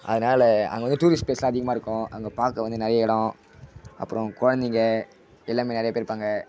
அதனால் அங்கே வந்து டூரிஸ்ட் ப்ளேஸ்லாம் அதிகமாக இருக்கும் அங்கே பார்க்க வந்து நிறைய இடம் அப்புறம் குழந்தைங்க எல்லாம் நிறைய பேர் இருப்பாங்க